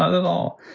ah at all.